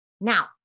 Now